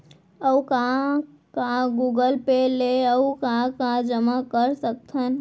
अऊ का का गूगल पे ले अऊ का का जामा कर सकथन?